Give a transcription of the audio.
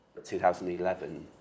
2011